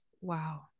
Wow